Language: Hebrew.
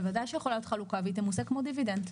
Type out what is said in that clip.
בוודאי שיכולה להיות חלוקה והיא תמוסה כמו דיבידנד.